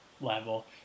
level